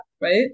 right